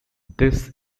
this